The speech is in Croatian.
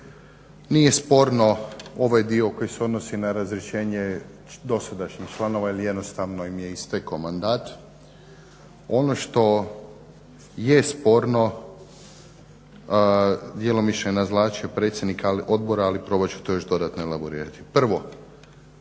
Nije sporno ovaj dio koji se odnosi na razrješenje dosadašnjih članova jer im je jednostavno istekao mandat. Ono što je sporno djelomično je naznačio predsjednik odbora ali probat ću to još dodatno elaborirati. Prvo,